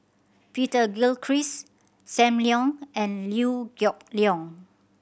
Peter Gilchrist Sam Leong and Liew Geok Leong